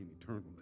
eternally